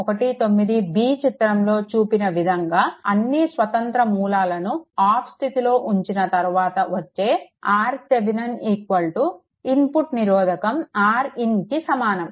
19b చిత్రంలో చూపిన విధంగా అన్నీ స్వతంత్ర మూలాలను ఆఫ్ స్థితిలో ఉంచిన తర్వాత వచ్చే RThevenin ఇన్పుట్ నిరోధకం Rin కి సమానం